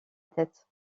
tête